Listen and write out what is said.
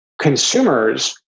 consumers